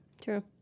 true